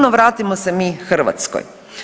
No vratimo se mi Hrvatskoj.